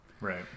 Right